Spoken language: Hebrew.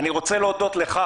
אני רוצה להודות לך,